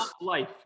life